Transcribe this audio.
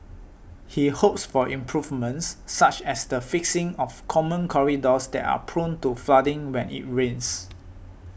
he hopes for improvements such as the fixing of common corridors that are prone to flooding when it rains